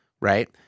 Right